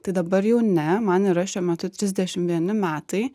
tai dabar jau ne man yra šiuo metu trisdešim vieni metai